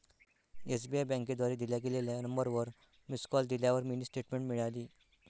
SBI बँकेद्वारे दिल्या गेलेल्या नंबरवर मिस कॉल दिल्यावर मिनी स्टेटमेंट मिळाली